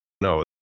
No